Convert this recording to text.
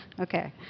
Okay